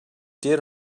did